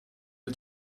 you